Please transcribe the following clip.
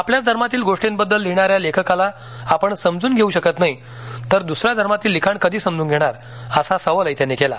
आपल्याच धर्मातील गोष्टींबद्दल लिहिणाऱ्या लेखकाला आपण समजून घेऊ शकत नाही तर दुसऱ्या धर्मातील लिखाण कधी समजून घेणार असा सवालही त्यांनी केला